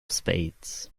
spades